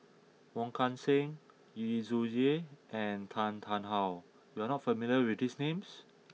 Wong Kan Seng Yu Zhuye and Tan Tarn How you are not familiar with these names